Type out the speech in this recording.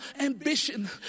ambition